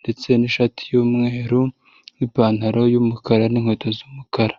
ndetse n'ishati y'umweru n'ipantaro y'umukara n'inkweto z'umukara.